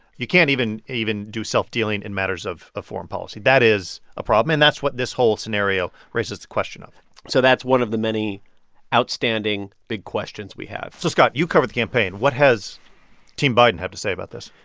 you can't even even do self-dealing in matters of foreign policy. that is a problem, and that's what this whole scenario raises the question of so that's one of the many outstanding big questions we have so scott, you cover the campaign. what has team biden have to say about this?